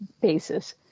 basis